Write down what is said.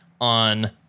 on